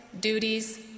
duties